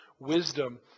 Wisdom